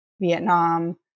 vietnam